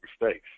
mistakes